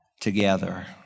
together